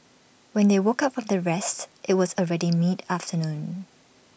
when they woke up from their rest IT was already mid afternoon